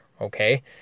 okay